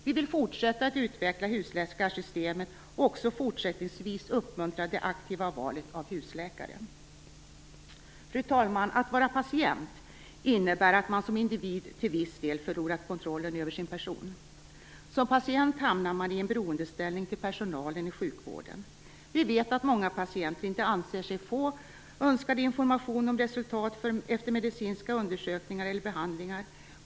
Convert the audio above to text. Vi vill fortsätta att utveckla husläkarsystemet och också fortsättningsvis uppmuntra det aktiva valet av husläkare. Fru talman! Att vara patient innebär att man som individ till viss del förlorat kontrollen över sin person. Som patient hamnar man i en beroendeställning till personalen i sjukvården. Vi vet att många patienter inte anser sig få önskad information om resultat efter medicinska undersökningar eller behandlingar.